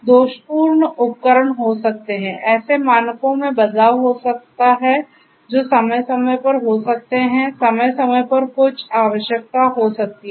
दोषपूर्ण उपकरण हो सकते हैं ऐसे मानकों में बदलाव हो सकता है जो समय समय पर हो सकते हैं समय समय पर कुछ आवश्यकता हो सकती है